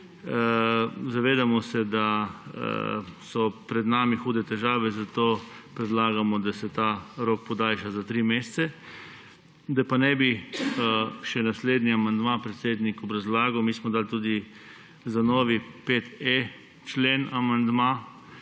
Zavedamo se, da so pred nami hude težave, zato predlagamo, da se ta rok podaljša za tri mesece. Da pa ne bi še naslednji amandma, predsednik, obrazlagal; mi smo dali tudi za novi 5.e člen amandma.